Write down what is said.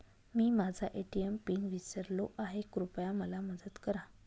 मी माझा ATM PIN विसरलो आहे, कृपया मला मदत करा